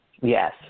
Yes